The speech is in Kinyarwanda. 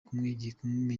kumenyekana